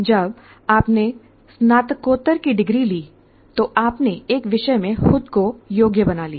जब आपने स्नातकोत्तर की डिग्री ली तो आपने एक विषय में खुद को योग्य बना लिया